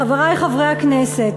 חברי חברי הכנסת,